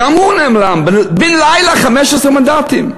גם הוא נעלם, בן לילה, 15 מנדטים.